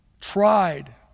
tried